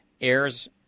airs